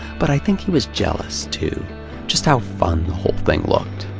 but i think he was jealous, too just how fun the whole thing looked.